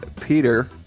Peter